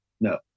No